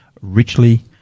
richly